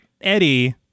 Eddie